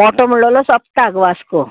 मोटो म्हणलोलो सोप्ताक वास्को